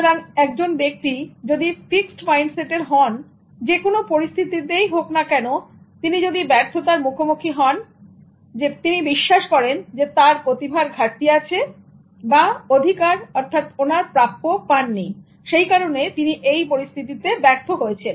সুতরাং একজন ব্যক্তি যদি ফিক্সড মাইন্ডসেটের হন যেকোনো পরিস্থিতিতেই হোক না কেন তিনি যদি ব্যর্থতার মুখোমুখি হন বিশ্বাস করেন তার প্রতিভার ঘাটতি আছে বা অধিকার অর্থাৎ ওনার প্রাপ্য পাননি সেই কারণে তিনি এই পরিস্থিতিতে ব্যর্থ হয়েছেন